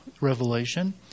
Revelation